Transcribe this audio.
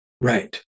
Right